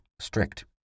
strict